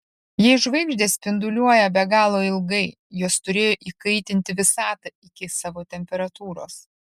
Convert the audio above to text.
jei žvaigždės spinduliuoja be galo ilgai jos turėjo įkaitinti visatą iki savo temperatūros